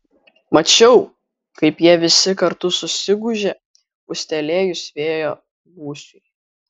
mačiau kaip jie visi kartu susigūžė pūstelėjus vėjo gūsiui